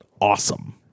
awesome